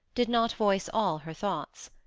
did not voice all her thoughts.